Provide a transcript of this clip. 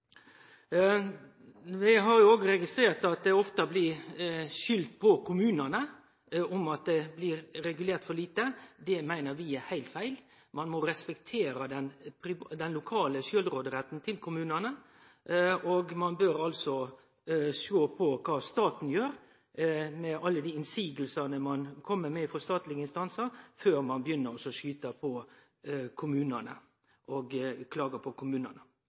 Vi har òg registrert at det ofte blir skulda på kommunane for at det blir regulert for lite. Det meiner vi er heilt feil. Ein må respektere den lokale sjølvråderetten til kommunane, og ein bør altså sjå på kva staten gjer – alle dei motsegna ein kjem med frå statlege instansar – før ein tar til med å skyte på kommunane og klage på